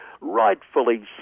rightfully